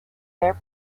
their